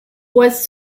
was